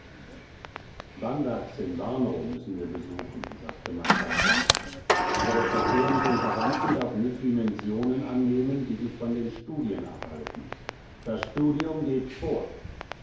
bandags in warnow müssen wir besuchen sagte mein vater aber der verkehr mit den verwandten darf nicht dimensionen annehmen die dich von den studien abhalten das studium geht vor